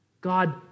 God